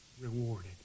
rewarded